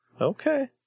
Okay